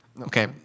Okay